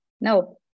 No